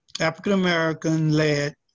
African-American-led